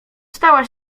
stała